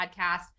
podcast